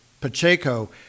Pacheco